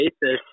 basis